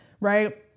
right